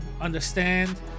understand